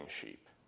sheep